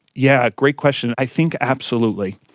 yeah great question, i think absolutely.